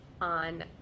on